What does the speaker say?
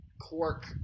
Quark